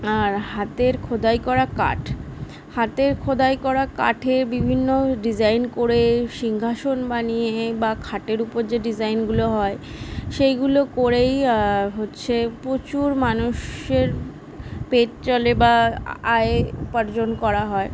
আর হাতের খোদাই করা কাঠ হাতের খোদাই করা কাঠে বিভিন্ন ডিজাইন করে সিংহাসন বানিয়ে বা খাটের উপর যে ডিজাইনগুলো হয় সেইগুলো করেই হচ্ছে প্রচুর মানুষের পেট চলে বা আআয় উপার্জন করা হয়